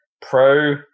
pro